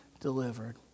delivered